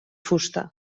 fusta